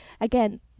Again